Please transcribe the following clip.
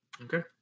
Okay